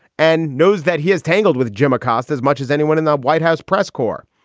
and knows that he has tangled with jim acosta as much as anyone in the white house press corps.